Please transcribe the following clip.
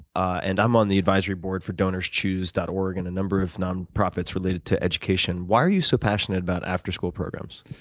and i'm on the advisory board for donorschoose dot org and a number of non-profits related to education. why are you so passionate about after school programs?